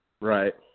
Right